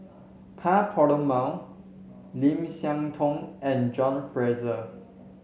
Ka Perumal Lim Siah Tong and John Fraser